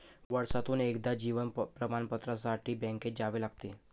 वर्षातून एकदा जीवन प्रमाणपत्रासाठी बँकेत जावे लागते